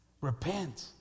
Repent